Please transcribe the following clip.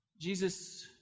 Jesus